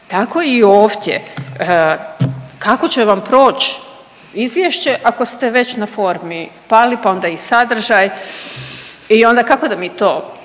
tako i ovdje, kako će vam proći izvješće, ako ste već na formi pali pa onda i sadržaj i onda kako da mi to